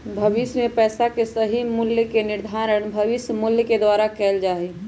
भविष्य में पैसा के सही मूल्य के निर्धारण भविष्य मूल्य के द्वारा कइल जा सका हई